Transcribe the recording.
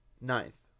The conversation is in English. ninth